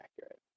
accurate